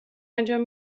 انجام